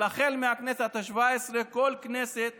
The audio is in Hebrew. אבל החל מהכנסת השבע-עשרה בכל כנסת